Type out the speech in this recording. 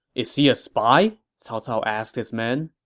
is he a spy? cao cao asked his men